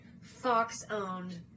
Fox-owned